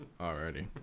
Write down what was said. Alrighty